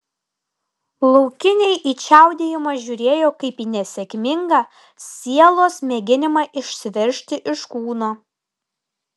laukiniai į čiaudėjimą žiūrėjo kaip į nesėkmingą sielos mėginimą išsiveržti iš kūno